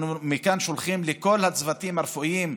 אנחנו מכאן שולחים לכל הצוותים הרפואיים,